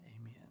Amen